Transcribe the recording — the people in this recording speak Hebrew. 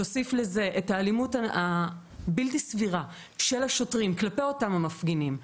תוסיף לזה את האלימות הבלתי-סבירה של השוטרים כלפי אותם מפגינים.